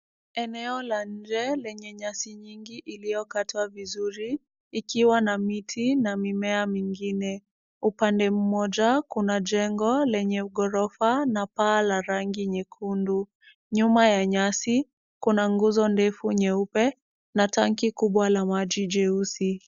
Eneo la nje lenye nyasi nyingi iliyokatwa vizuri, ikiwa na miti na mimea mingine. Upande mmoja kuna jengo lenye ghorofa na paa la rangi nyekundu. Nyuma ya nyasi kuna nguzo ndefu nyeupe na tanki kubwa la maji jeusi.